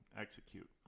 execute